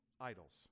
idols